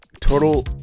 total